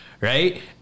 Right